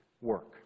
work